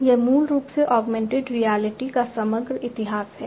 तो यह मूल रूप से ऑगमेंटेड रियलिटी का समग्र इतिहास है